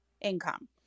income